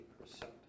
percent